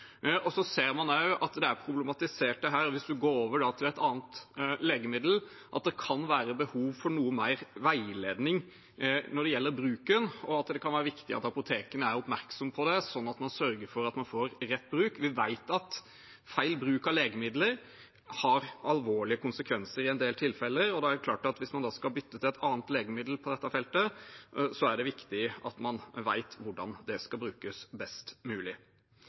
ser også at det er problematisert at hvis man går over til et annet legemiddel, kan det være behov for noe mer veiledning når det gjelder bruken, og det kan være viktig at apotekene er oppmerksom på det, sånn at man sørger for at man får rett bruk. Vi vet at feil bruk av legemidler har alvorlige konsekvenser i en del tilfeller, og det er klart at hvis man da skal bytte til et annet legemiddel på dette feltet, er det viktig at man vet hvordan det skal brukes best mulig.